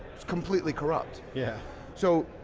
it's completely corrupt. yeah so